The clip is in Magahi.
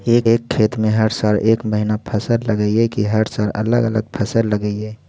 एक खेत में हर साल एक महिना फसल लगगियै कि हर साल अलग अलग फसल लगियै?